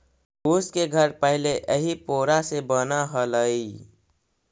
फूस के घर पहिले इही पोरा से बनऽ हलई